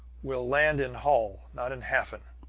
we'll land in holl, not in hafen!